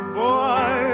boy